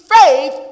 faith